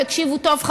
תקשיבו טוב,